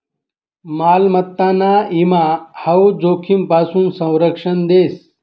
मालमत्ताना ईमा हाऊ जोखीमपासून संरक्षण देस